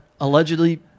allegedly